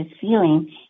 feeling